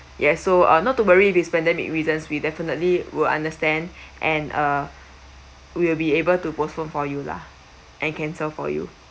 yes so uh not to worry this pandemic reasons we definitely will understand and uh will be able to postpone for you lah and cancel for you